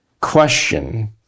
question